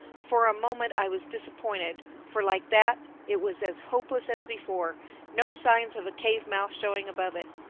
for a moment i was disappointed, for like that, it was as hopeless as before no signs of a cave-mouth showing above it.